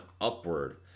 upward